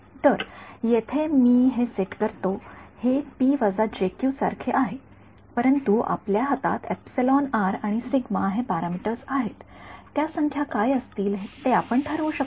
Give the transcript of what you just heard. तर येथे मी हे सेट करतो हे सारखे आहे परंतु आपल्या हातात आणि 𝜎 हे पॅरामीटर्सआहेत त्या संख्या काय असतील ते आपण ठरवू शकतो